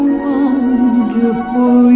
wonderful